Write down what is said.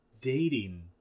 dating